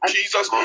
Jesus